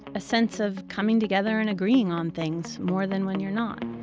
a sense of coming together and agreeing on things more than when you're not